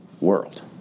world